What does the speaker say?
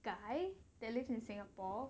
guy that lives in singapore